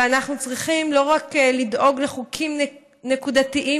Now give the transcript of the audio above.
ואנחנו צריכים לא רק לדאוג לחוקים נקודתיים